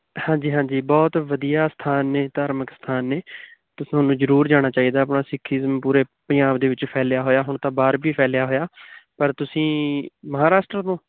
ਹਾਂਜੀ ਹਾਂਜੀ ਬਹੁਤ ਵਧੀਆ ਸਥਾਨ ਨੇ ਧਾਰਮਿਕ ਅਸਥਾਨ ਨੇ ਤੁਹਾਨੂੰ ਜ਼ਰੂਰ ਜਾਣਾ ਚਾਹੀਦਾ ਆਪਣਾ ਸਿੱਖੀਜ਼ਮ ਪੂਰੇ ਪੰਜਾਬ ਦੇ ਵਿੱਚ ਫੈਲਿਆ ਹੋਇਆ ਹੁਣ ਤਾਂ ਬਾਹਰ ਵੀ ਫੈਲਿਆ ਹੋਇਆ ਪਰ ਤੁਸੀਂ ਮਹਾਰਾਸ਼ਟਰ ਤੋਂ